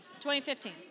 2015